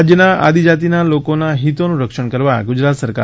રાજ્યના આદિજાતીના લોકોના હિતોનું રક્ષણ કરવા ગુજરાત સરકાર